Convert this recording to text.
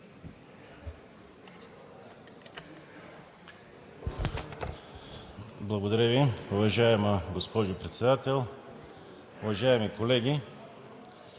Благодаря ви. Уважаема госпожо Председател, уважаеми колеги!